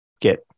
get